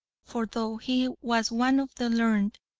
for though he was one of the learned,